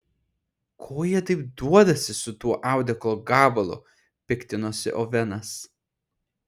ko jie taip duodasi su tuo audeklo gabalu piktinosi ovenas